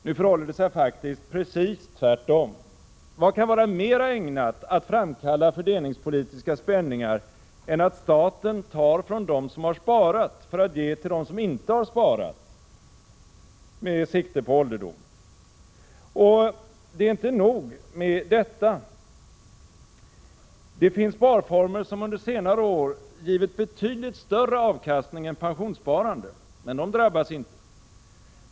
Nu förhåller det sig faktiskt precis tvärtom. Vad kan vara mera ägnat att framkalla fördelningspolitiska spänningar än att staten tar från dem som har sparat för att ge till dem som inte har sparat för sin ålderdom? Och det är inte nog med detta. Det finns sparformer som under senare år givit betydligt större avkastning än pensionssparandet, men de drabbas inte.